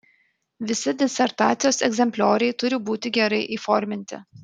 visi disertacijos egzemplioriai turi būti gerai įforminti